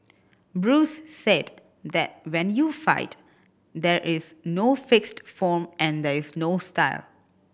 Bruce said that when you fight there is no fixed form and there is no style